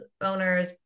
owners